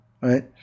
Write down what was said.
right